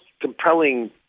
compelling